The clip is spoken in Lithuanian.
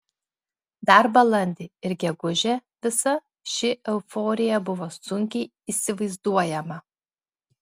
dar balandį ir gegužę visa ši euforija buvo sunkiai įsivaizduojama